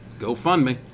GoFundMe